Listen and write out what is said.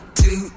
two